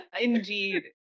Indeed